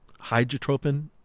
hydrotropin